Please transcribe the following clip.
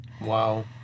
Wow